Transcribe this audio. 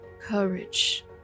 courage